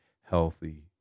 healthy